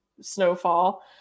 snowfall